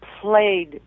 played